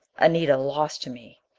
anita, lost to me!